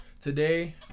today